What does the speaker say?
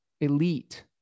elite